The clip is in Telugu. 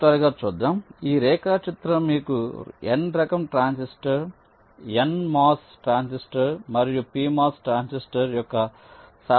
త్వరత్వరగా చూద్దాం ఈ రేఖాచిత్రం మీకు N రకం ట్రాన్సిస్టర్ NMOS ట్రాన్సిస్టర్ మరియు PMOS ట్రాన్సిస్టర్ యొక్క సాధారణ CMOS కల్పనను చూపుతుంది